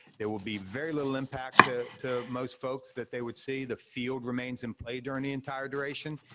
there will be very little impact to to most folks, that they would see. the field remains in play during the entire duration,